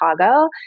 Chicago